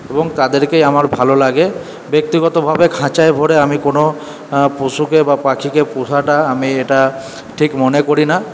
এবং তাদেরকেই আমার ভালো লাগে ব্যক্তিগতভাবে খাঁচায় ভরে আমি কোনো পশুকে বা পাখিকে পোষাটা আমি এটা ঠিক মনে করি না